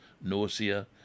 nausea